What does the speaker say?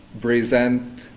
present